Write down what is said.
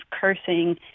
cursing